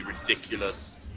ridiculous